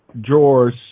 drawer's